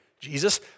Jesus